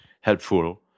helpful